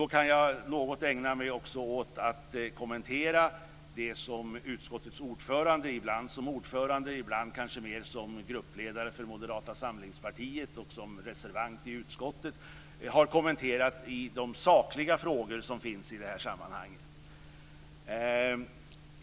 Då kan jag något ägna mig åt att också kommentera det som utskottets ordförande, ibland som ordförande, ibland kanske mer som gruppledare för Moderata samlingspartiet och som reservant i utskottet, har tagit upp när det gäller de sakliga frågor som finns i det här sammanhanget.